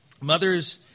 Mothers